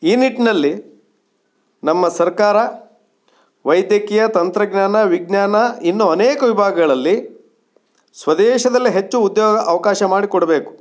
ಈ ನಿಟ್ಟಿನಲ್ಲಿ ನಮ್ಮ ಸರ್ಕಾರ ವೈದ್ಯಕೀಯ ತಂತ್ರಜ್ಞಾನ ವಿಜ್ಞಾನ ಇನ್ನೂ ಅನೇಕ ವಿಭಾಗಗಳಲ್ಲಿ ಸ್ವದೇಶದಲ್ಲೇ ಹೆಚ್ಚು ಉದ್ಯೋಗ ಅವಕಾಶ ಮಾಡಿಕೊಡಬೇಕು